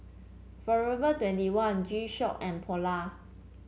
Forever twenty one G Shock and Polar